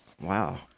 Wow